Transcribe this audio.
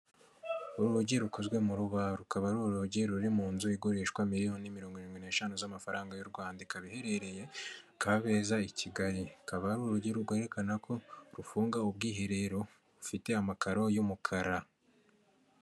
Urugi rukozwe mu rubaho rukaba ari urugi ruri mu nzu igurishwa miliyo mirono irindwi n'eshanu z'amafaranga y'u Rwanda, ikaba uherereye Kabeza i Kigali rukaba ari urugi rwerekana ko rufunga ubwiherero bufite amakaro y'umukara.